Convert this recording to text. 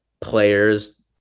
players